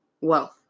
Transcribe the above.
wealth